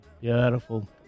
beautiful